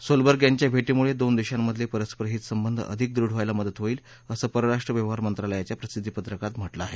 Solberg यांच्या भेटीमुळे दोन देशांमधले परस्पर हित संबंध अधिक दृढ व्हायला मदत होईल असं परराष्ट्र व्यवहार मंत्रालयाच्या प्रसिद्धी पत्रकात म्हटलं आहे